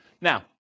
Now